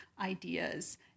ideas